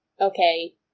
okay